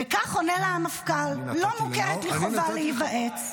וכך עונה לה המפכ"ל: לא מוכרת לי חובה להיוועץ.